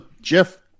Jeff